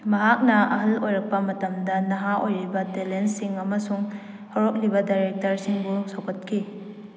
ꯃꯍꯥꯛꯅ ꯑꯍꯜ ꯑꯣꯏꯔꯛꯄ ꯃꯇꯝꯗ ꯅꯍꯥ ꯑꯣꯏꯔꯤꯕ ꯇꯦꯂꯦꯟꯁꯤꯡ ꯑꯃꯁꯨꯡ ꯍꯧꯔꯛꯂꯤꯕ ꯗꯥꯏꯔꯦꯛꯇꯔꯁꯤꯡꯕꯨ ꯁꯧꯒꯠꯈꯤ